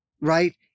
right